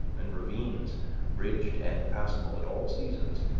and ravines bridged and passable at all seasons,